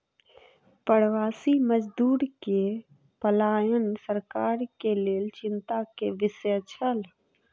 प्रवासी मजदूर के पलायन सरकार के लेल चिंता के विषय छल